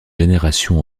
génération